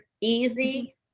easy